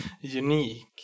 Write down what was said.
unique